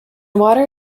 water